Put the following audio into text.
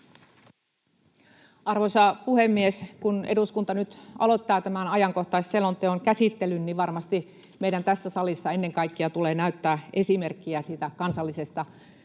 Arvoisa puhemies! Kun eduskunta nyt aloittaa tämän ajankohtaisselonteon käsittelyn, niin varmasti meidän tässä salissa ennen kaikkea tulee näyttää esimerkkiä kansallisesta yhtenäisyydestä